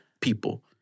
people